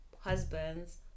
husbands